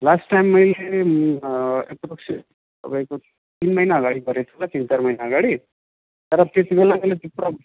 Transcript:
last time मैले approximate तपाईँको तिन महिना अगाडि गरेको थिएँ होला त तिन चार महिना अगाडि तर त्यतिबेला पनि त्यो प्रब्